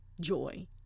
joy